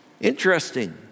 Interesting